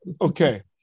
okay